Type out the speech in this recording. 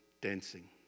dancing